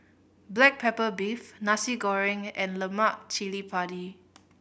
black pepper beef Nasi Goreng and lemak cili padi